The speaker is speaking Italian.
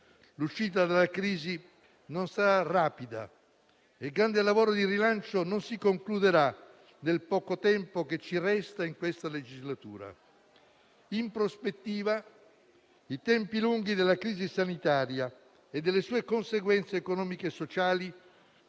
L'uscita dalla crisi non sarà rapida e il grande lavoro di rilancio non si concluderà nel poco tempo che ci resta in questa legislatura. In prospettiva, i tempi lunghi della crisi sanitaria e delle sue conseguenze economiche e sociali